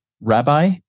Rabbi